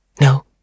No